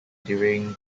during